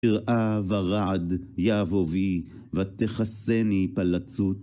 יראה ורעד, יבוא בי, ותכסני, פלצות.